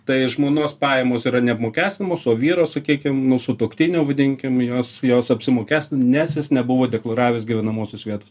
tai žmonos pajamos yra neapmokestinamos o vyro sakykim nu sutuoktinio vadinkim jos jos apsimokės nes jis nebuvo deklaravęs gyvenamosios vietos